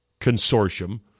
consortium